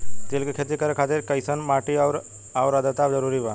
तिल के खेती करे खातिर कइसन माटी आउर आद्रता जरूरी बा?